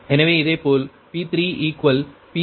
எனவே இதேபோல் P3Pg3 PL3